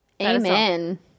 Amen